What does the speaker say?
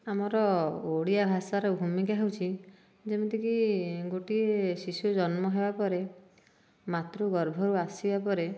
ଆମର ଓଡ଼ିଆ ଭାଷାର ଭୂମିକା ହେଉଛି ଯେମିତିକି ଗୋଟିଏ ଶିଶୁ ଜନ୍ମ ହେବା ପରେ ମାତୃ ଗର୍ଭରୁ ଆସିବା ପରେ